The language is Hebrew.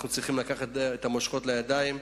אנחנו צריכים לקחת את המושכות לידיים.